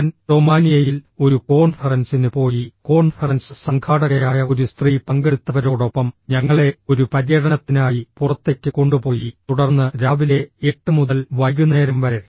ഞാൻ റൊമാനിയയിൽ ഒരു കോൺഫറൻസിന് പോയി കോൺഫറൻസ് സംഘാടകയായ ഒരു സ്ത്രീ പങ്കെടുത്തവരോടൊപ്പം ഞങ്ങളെ ഒരു പര്യടനത്തിനായി പുറത്തേക്ക് കൊണ്ടുപോയി തുടർന്ന് രാവിലെ 8 മുതൽ വൈകുന്നേരം വരെ